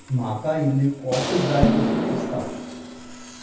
म्हाका इल्ली कॉफी जाय कशी दिसता